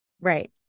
right